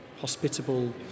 hospitable